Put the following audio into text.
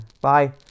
Bye